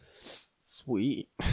Sweet